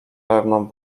pewną